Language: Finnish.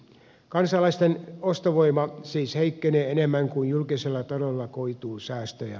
kansalaisten ostovoima siis heikkenee enemmän kuin julkiselle taloudelle koituu säästöjä